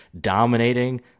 dominating